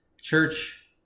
Church